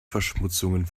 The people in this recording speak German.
verschmutzungen